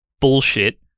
bullshit